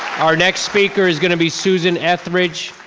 our next speaker is gonna be susan etheridge.